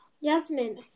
Yasmin